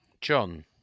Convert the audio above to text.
John